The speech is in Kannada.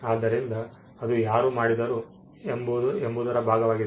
ಆದ್ದರಿಂದ ಅದು ಯಾರು ಮಾಡಿದರು ಎಂಬುದರ ಭಾಗವಾಗಿದೆ